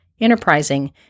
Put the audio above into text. enterprising